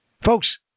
Folks